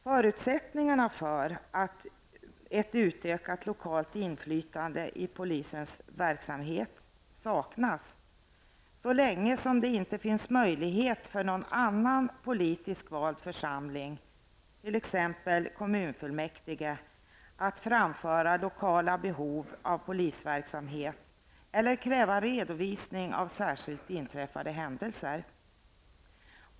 Förutsättningarna för ett utökat lokalt inflytande i polisens verksamhet saknas så länge det inte finns möjlighet för någon annan politiskt vald församling, t.ex. kommunfullmäktige, att framföra lokala behov av polisverksamhet eller kräva redovisning av särskilt inträffade händelser.